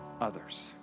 others